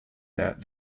that